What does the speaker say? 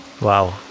Wow